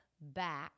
back